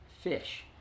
fish